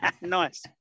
Nice